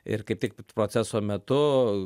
ir kaip tik proceso metu